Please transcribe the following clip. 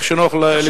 איך שנוח לכבוד השר.